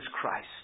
Christ